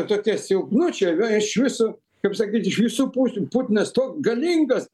tokie silpnučiai va iš viso kaip sakyt iš visų pusių putinas tok galingas